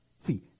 See